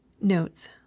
Notes